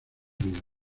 vida